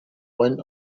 went